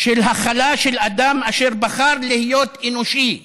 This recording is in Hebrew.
של הכלה של אדם אשר בחר להיות אנושי.